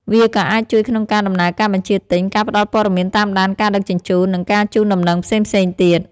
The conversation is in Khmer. វាក៏អាចជួយក្នុងការដំណើរការបញ្ជាទិញ ការផ្ដល់ព័ត៌មានតាមដានការដឹកជញ្ជូន និងការជូនដំណឹងផ្សេងៗទៀត។